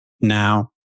Now